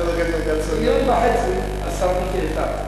מיליון וחצי, השר מיקי איתן,